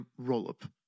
rollup